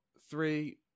three